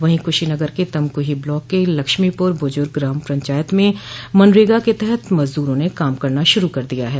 वहीं कुशीनगर के तमकुही ब्लाक के लक्ष्मीपुर बुर्जुग ग्राम पंचायत में मनरेगा के तहत मजदूरों ने काम करना शुरू कर दिया है